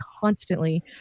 constantly